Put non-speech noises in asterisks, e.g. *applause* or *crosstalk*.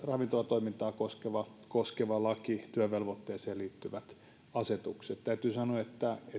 *unintelligible* ravintolatoimintaa koskeva koskeva laki työvelvoitteeseen liittyvät asetukset täytyy sanoa että